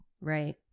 Right